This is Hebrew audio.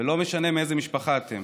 ולא משנה מאיזו משפחה אתם.